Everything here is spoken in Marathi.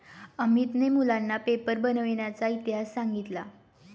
अमितने मुलांना पेपर बनविण्याचा इतिहास सांगितला